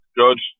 good